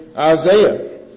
Isaiah